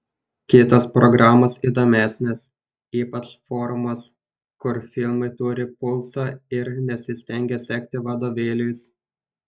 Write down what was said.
kitos programos įdomesnės ypač forumas kur filmai turi pulsą ir nesistengia sekti vadovėliais